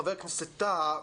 חבר הכנסת טאהא,